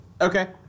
Okay